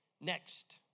Next